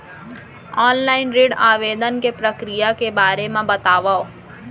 Online ऋण आवेदन के प्रक्रिया के बारे म बतावव?